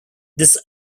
this